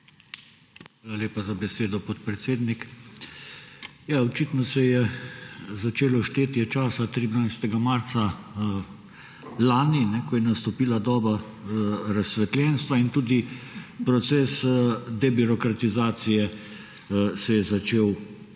Hvala lepa za besedo, podpredsednik. Očitno se je začelo štetje časa 13. marca lani, ko je nastopila doba razsvetljenstva in tudi proces debirokratizacije se je začel 13.